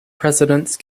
precedence